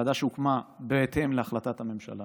ועדה שהוקמה בהתאם להחלטת הממשלה,